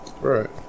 Right